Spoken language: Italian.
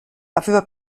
aveva